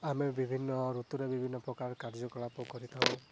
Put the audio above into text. ଆମେ ବିଭିନ୍ନ ଋତୁରେ ବିଭିନ୍ନ ପ୍ରକାର କାର୍ଯ୍ୟକଳାପ କରିଥାଉ